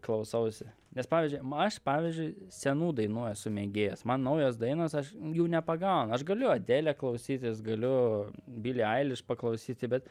klausausi nes pavyzdžiui m aš pavyzdžiui senų dainų esu mėgėjas man naujos dainos aš jų nepagaunu aš galiu adelę klausytis galiu billie eilish paklausyti bet